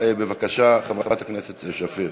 בבקשה, חברת הכנסת שפיר.